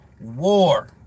War